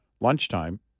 lunchtime